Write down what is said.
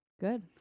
Good